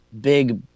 big